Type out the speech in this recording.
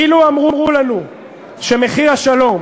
"אילו אמרו לנו שמחיר השלום